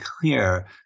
clear